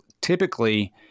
typically